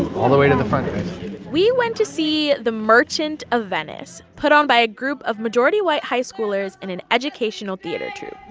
all the way to the front, guys we went to see the merchant of venice put on by a group of majority-white high schoolers in an educational theater troupe